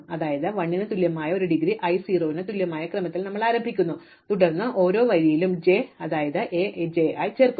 അതിനാൽ 1 ന് തുല്യമായ ഡിഗ്രി ഒരു ഡിഗ്രി i 0 ന് തുല്യമായ ക്രമത്തിൽ ഞങ്ങൾ ആരംഭിക്കുന്നു തുടർന്ന് ഓരോ വരിയിലും j ഞങ്ങൾ A j i ചേർക്കുന്നു